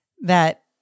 that-